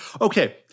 Okay